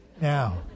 now